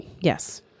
yes